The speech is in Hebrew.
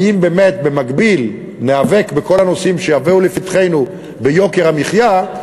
האם באמת במקביל ניאבק בכל הנושאים שיבואו לפתחנו ביוקר המחיה?